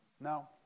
No